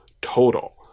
total